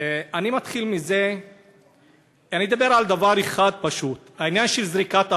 אני אדבר על דבר אחד פשוט: העניין של זריקת אבנים.